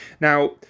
Now